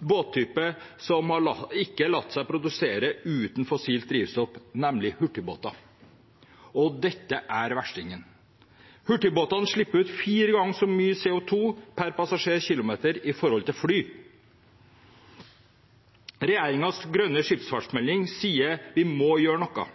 båttype som ikke har latt seg produsere uten fossilt drivstoff, nemlig hurtigbåter – og det er verstingen. Hurtigbåtene slipper ut fire ganger så mye CO2 per passasjerkilometer som fly. Regjeringens grønne skipsfartsmelding sier at vi må gjøre noe.